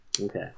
Okay